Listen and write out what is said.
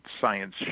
science